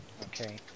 okay